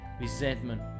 resentment